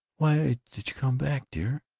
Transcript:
why did you come back, dear?